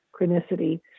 chronicity